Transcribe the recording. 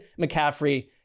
McCaffrey